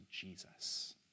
Jesus